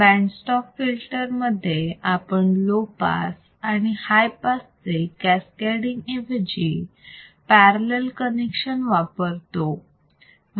band stop filter मध्ये आपण low pass आणि हाय पास चे कॅस्कॅडींग ऐवजी पॅरलल कनेक्शन वापरतो